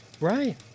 Right